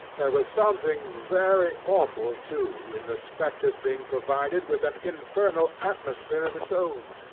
was something very awful, too, in the spectre's being provided with an infernal atmosphere of its own.